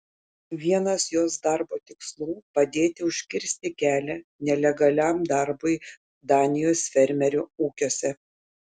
vienas jos darbo tikslų padėti užkirsti kelią nelegaliam darbui danijos fermerių ūkiuose